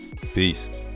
Peace